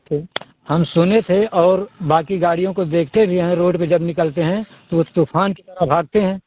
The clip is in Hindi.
ठीक हम सुने थे और बाक़ी गाड़ियों को देखते भी हैं रोड पर जब निकलते हैं वह तूफान की तरह भागते हैं